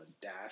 dash